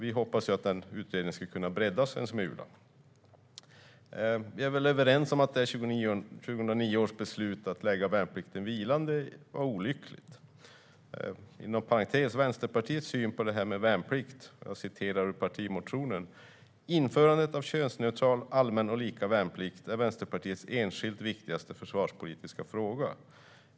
Vi hoppas att den ska kunna breddas en smula. Vi är väl överens om att 2009 års beslut att lägga värnplikten vilande var olyckligt. Inom parentes kan jag återge Vänsterpartiets syn på värnplikt i partimotionen: "Införandet av könsneutral allmän och lika värnplikt är Vänsterpartiets enskilt viktigaste försvarspolitiska fråga.